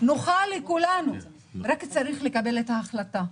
נוחה לכולנו, רק צריך לקבל את ההחלטה.